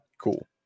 cool